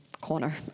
corner